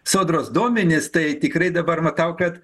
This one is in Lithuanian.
sodros duomenis tai tikrai dabar matau kad